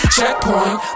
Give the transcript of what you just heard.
Checkpoint